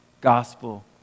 gospel